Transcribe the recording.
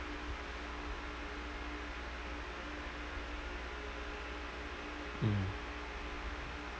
mm